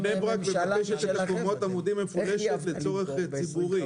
בבני ברק יש קומת עמודים מפולשת לצורך ציבורי.